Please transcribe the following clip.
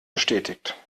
bestätigt